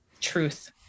Truth